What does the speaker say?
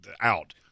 Out